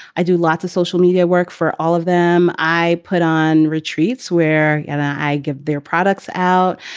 i do lots of social media work for all of them. i put on retreats where and i give their products out.